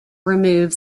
remove